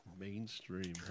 Mainstream